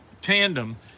tandem